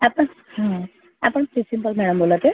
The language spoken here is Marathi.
आपण आपण प्रिन्सिपॉल मॅडम बोलत आहे